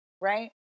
right